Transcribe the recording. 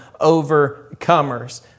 overcomers